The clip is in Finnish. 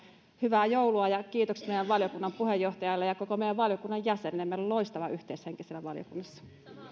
hyvää joulua ja kiitokset meidän valiokunnan puheenjohtajalle ja koko meidän valiokunnan jäsenille meillä on loistava yhteishenki siellä valiokunnassa